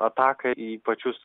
ataką į pačius